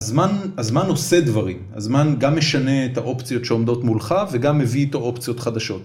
הזמן הזמן עושה דברים, הזמן גם משנה את האופציות שעומדות מולך וגם מביא איתו אופציות חדשות.